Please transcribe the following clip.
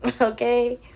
Okay